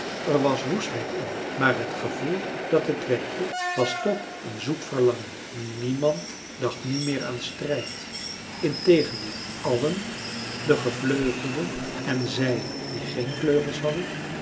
er was woestheid in maar t gevoel dat het wekte was toch een zoet verlangen niemand dacht nu meer aan strijd integendeel allen de gevleugelden èn zij die geen vleugels hadden